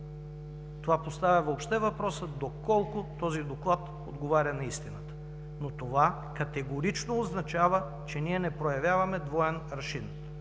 Това поставя въобще въпроса доколко този доклад отговаря на истината, но това категорично означава, че ние не проявяваме двоен аршин.